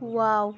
wow